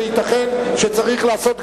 וייתכן שצריך לעשות,